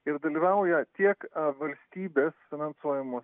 ir dalyvauja tiek valstybės finansuojamos